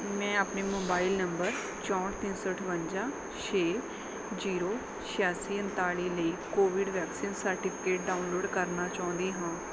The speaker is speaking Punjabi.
ਮੈਂ ਆਪਣੇ ਮੋਬਾਈਲ ਨੰਬਰ ਚੌਂਹਠ ਤਿੰਨ ਸੌ ਅਠਵੰਜਾ ਛੇ ਜ਼ੀਰੋ ਛਿਆਸੀ ਉਨਤਾਲੀ ਲਈ ਕੋਵਿਡ ਵੈਕਸੀਨ ਸਰਟੀਫਿਕੇਟ ਡਾਊਨਲੋਡ ਕਰਨਾ ਚਾਹੁੰਦੀ ਹਾਂ